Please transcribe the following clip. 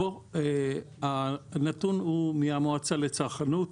הנתון הוא מהמועצה לצרכנות.